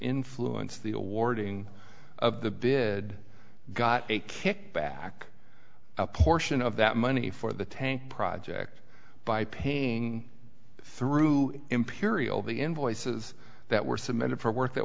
influence the awarding of the bid got a kickback a portion of that money for the tank project by paying through imperial be in voices that were submitted for wor